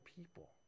people